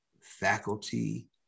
faculty